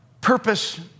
purpose